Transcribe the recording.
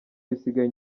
bisigaye